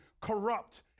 corrupt